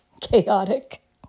chaotic